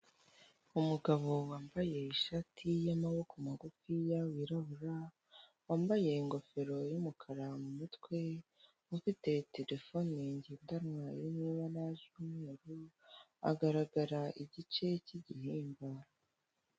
Umugabo wambaye ishati y'amaboko magufi wirabura, wambaye ingofero y'umukara mu mutwe, ufite terefone ngendanwa agaragara igice cy'igihimba.